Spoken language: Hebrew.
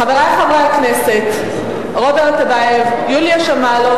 חברי חברי הכנסת רוברט טיבייב ויוליה שמאלוב